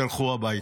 תלכו הביתה.